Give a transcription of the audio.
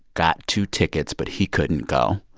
got two tickets, but he couldn't go.